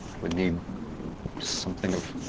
would need something of.